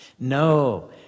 No